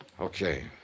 Okay